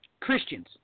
Christians